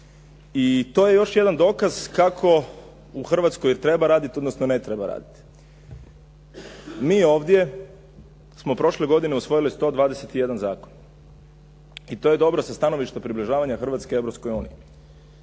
I to je još jedan dokaz kako u Hrvatskoj treba raditi, odnosno ne treba raditi. Mi ovdje smo prošle godine usvojili 121 zakon. I to je dobro sa stanovišta približavanja Hrvatske